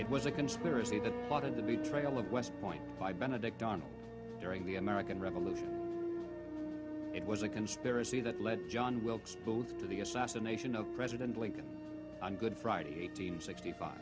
it was a conspiracy that wanted to be trail of westpoint by benedict on during the american revolution it was a conspiracy that led john wilkes booth to the assassination of president lincoln on good friday sixty five